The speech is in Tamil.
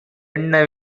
எண்ண